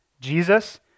Jesus